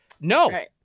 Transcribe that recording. No